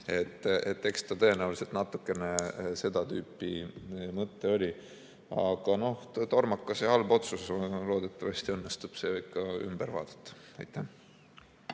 Et eks ta tõenäoliselt natukene seda tüüpi mõte oli, aga oli tormakas ja halb otsus. Loodetavasti õnnestub see ikka ümber vaadata. Indrek